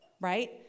right